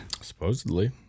Supposedly